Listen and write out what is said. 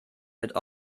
wird